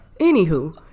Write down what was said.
Anywho